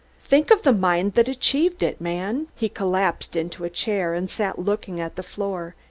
think of the mind that achieved it, man! he collapsed into a chair and sat looking at the floor,